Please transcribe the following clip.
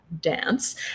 dance